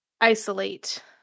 Isolate